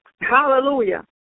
Hallelujah